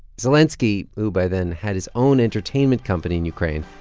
zelenskiy who, by then, had his own entertainment company in ukraine,